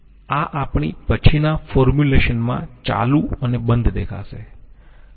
આ આપણી પછીના ફોર્મ્યુલેશનમાં ચાલુ અને બંધ દેખાશે